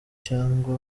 cyangwa